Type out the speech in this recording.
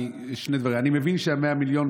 שני דברים: אני מבין שה-100 מיליון,